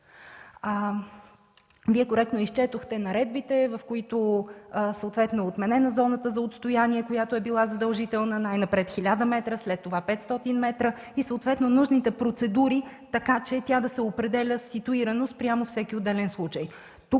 Вие коректно изчетохте наредбите, в които съответно е отменена зоната за отстояние, която е била задължителна – най-напред 1000 м, след това 500, и съответно нужните процедури, така че тя да се определя ситуирано спрямо всеки отделен случай.